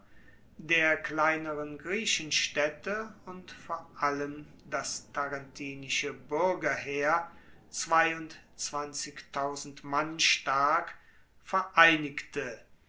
der kleineren griechenstaedte und vor allem das tarentinische buergerheer mann stark vereinigte